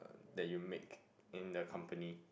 that you make in the company